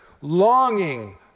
longing